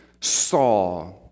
saw